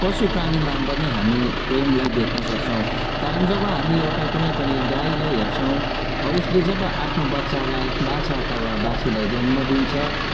पशु प्राणीमा पनि हामी प्रेमलाई देख्न सक्छौँ कारण जब हामी एउटा कुनै गाईलाई हेर्छौँ उसले जब आफ्नो बच्चालाई बाछा अथवा बाछीलाई जन्म दिन्छ